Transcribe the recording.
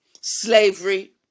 slavery